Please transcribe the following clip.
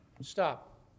Stop